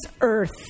earth